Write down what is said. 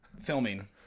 filming